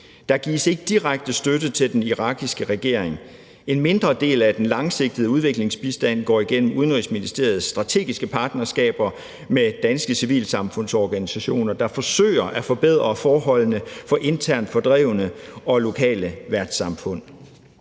Der gives ikke direkte støtte til den irakiske regering. En mindre del af den langsigtede udviklingsbistand går igennem Udenrigsministeriets strategiske partnerskaber med danske civilsamfundsorganisationer, der forsøger at forbedre forholdene for internt fordrevne og lokale værtssamfund.